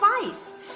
advice